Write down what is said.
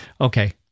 Okay